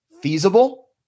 feasible